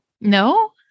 No